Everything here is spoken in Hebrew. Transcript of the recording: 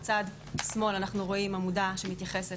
בצד שמאל אנחנו רואים עמודה שמתייחסת